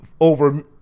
over